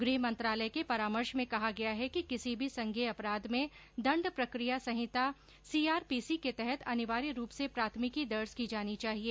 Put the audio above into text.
गृह मंत्रालय के परामर्श में कहा गया है कि किसी भी संज्ञेय अपराध में दण्ड प्रक्रिया संहिता सीआर पीसी के तहत अनिवार्य रूप से प्राथमिकी दर्ज की जानी चाहिए